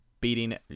beating